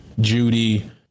Judy